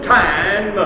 time